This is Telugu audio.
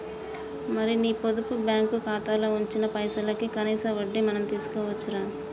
మరి నీ పొదుపు బ్యాంకు ఖాతాలో ఉంచిన పైసలకి కనీస వడ్డీ మనం తీసుకోవచ్చు రా